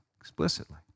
explicitly